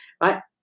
right